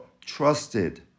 trusted